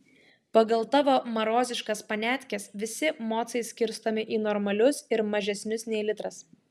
pagal tavo maroziškas paniatkes visi mocai skirstomi į normalius ir mažesnius nei litras